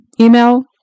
email